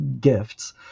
gifts